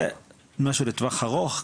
זה משהו לטווח ארוך,